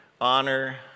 honor